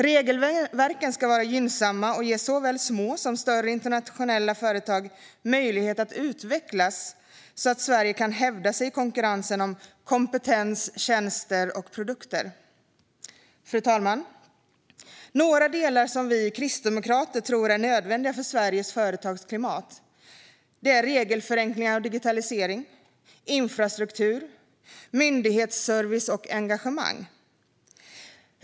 Regelverken ska vara gynnsamma och ge såväl små som större internationella företag möjlighet att utvecklas så att Sverige kan hävda sig i konkurrensen om kompetens, tjänster och produkter. Fru talman! Några delar som vi kristdemokrater tror är nödvändiga för Sveriges företagsklimat är: regelförenklingar och digitalisering infrastruktur myndighetsservice och engagemang.